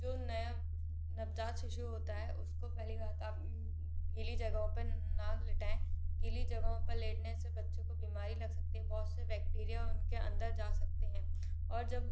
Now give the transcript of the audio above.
जो नया नवजात शिशु होता है उसको पहली बात आप गीली जगहों पे ना लिटाएं गीली जगहों पर लेटने से बच्चों को बीमारी लग सकती है बहुत से बैकटेरिया उनके अंदर जा सकते हैं और जब